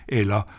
eller